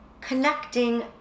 Connecting